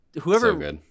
whoever